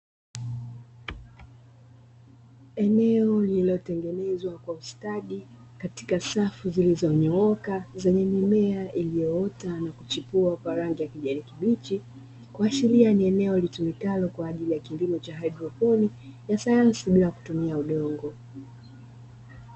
Eneo lililotengenezwa kwa ustadi katika safu zilizonyooka zenye mimea iliyoota na kuchipua kwa rangi ya kijani kibichi, kuashiria ni eneo litumikalo kwa ajili ya kilimo cha haidroponi ya sayansi bila kutumia udongo.